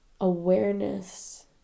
awareness